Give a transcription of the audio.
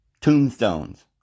tombstones